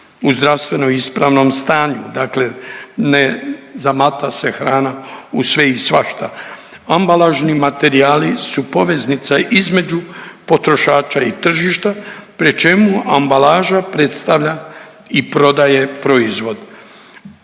u zdravstveno ispravnom stanju. Dakle, ne zamata se hrana u sve i svašta. Ambalažni materijali su poveznica između potrošača i tržišta pri čemu ambalaža predstavlja i prodaje proizvod.